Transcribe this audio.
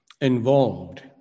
involved